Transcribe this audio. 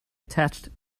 attached